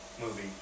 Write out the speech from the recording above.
movie